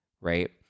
Right